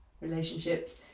relationships